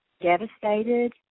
devastated